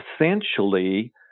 essentially